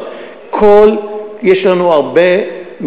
אני אומר לך,